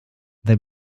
they